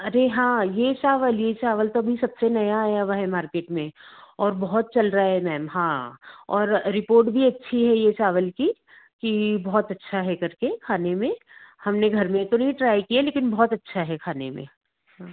अरे हाँ यह चावल यह चावल तो अभी सबसे नया आया हुआ है मार्केट में और बहुत चल रहा है मैम हाँ और रिपोर्ट भी अच्छी है यह चावल की की बहुत अच्छा है कर के खाने में हमने घर में तो नहीं ट्राई किया लेकिन बहुत अच्छा है खाने में